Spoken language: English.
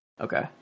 Okay